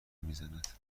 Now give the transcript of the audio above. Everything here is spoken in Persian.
میزند